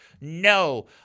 No